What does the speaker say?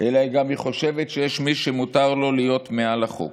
אלא היא גם חושבת שיש מי שמותר לו להיות מעל החוק.